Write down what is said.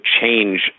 change